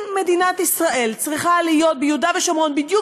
אם מדינת ישראל צריכה להיות ביהודה ושומרון בדיוק